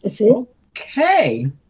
okay